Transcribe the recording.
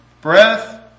breath